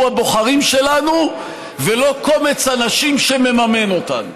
הבוחרים שלנו ולא קומץ אנשים שמממן אותנו,